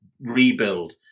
rebuild